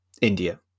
india